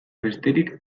besterik